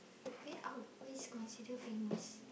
where always consider famous